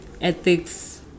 ethics